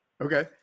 Okay